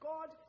God